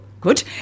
Good